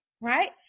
right